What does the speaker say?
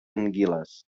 anguiles